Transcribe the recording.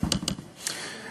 פריג'.